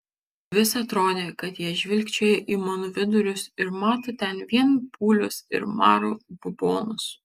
vis atrodė kad jie žvilgčioja į mano vidurius ir mato ten vien pūlius ir maro bubonus